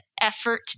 effort